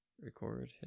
Record